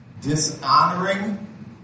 dishonoring